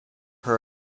her